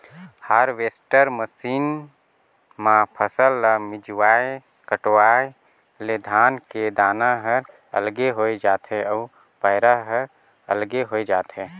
harvester machine म फसल ल मिंजवाय कटवाय ले धान के दाना हर अलगे होय जाथे अउ पैरा हर अलगे होय जाथे